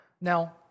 Now